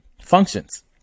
functions